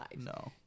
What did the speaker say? No